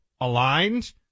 aligned